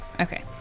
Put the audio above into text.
Okay